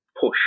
push